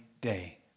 day